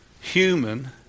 human